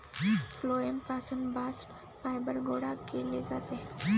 phloem पासून bast fibre गोळा केले जाते